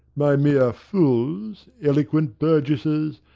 my mere fools, eloquent burgesses,